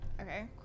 Okay